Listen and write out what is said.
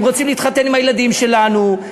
הם רוצים להתחתן עם הילדים שלנו,